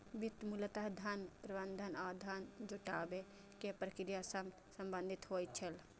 वित्त मूलतः धन प्रबंधन आ धन जुटाबै के प्रक्रिया सं संबंधित होइ छै